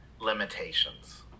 limitations